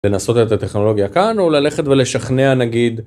לנסות את הטכנולוגיה כאן או ללכת ולשכנע נגיד.